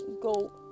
go